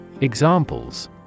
Examples